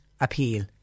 appeal